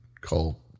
call